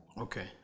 Okay